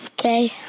Okay